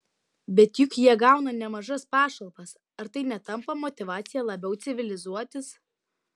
bet juk jie gauna nemažas pašalpas ar tai netampa motyvacija labiau civilizuotis